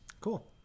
Cool